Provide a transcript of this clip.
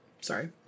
Sorry